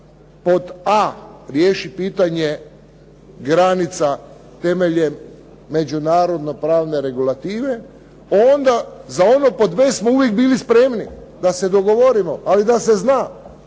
pod a) riješi pitanje granica temeljem međunarodno-pravne regulative onda za ono pod b) smo uvijek bili spremni da se dogovorimo, ali da se zna